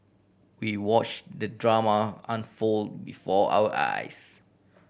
we watch the drama unfold before our eyes